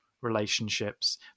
relationships